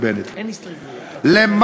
שמקדימה את זמן הסגירה של החברה הזאת ואת